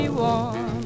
warm